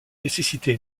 nécessiter